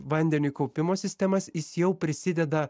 vandeniui kaupimo sistemas jis jau prisideda